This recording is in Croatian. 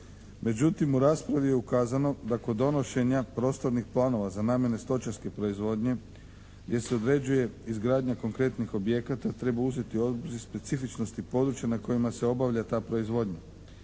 Međutim u raspravi je ukazano da kod donošenja prostornih planova za najmanje stočarske proizvodnje gdje se određuje izgradnja konkretnih objekata treba uzeti u obzir specifičnosti područja na kojima se obavlja ta proizvodnja.